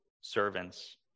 servants